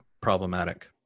problematic